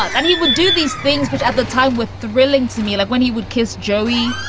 and he would do these things but at the time, with thrilling to me, like when he would kiss joey,